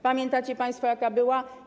Pamiętacie państwo, jaka była?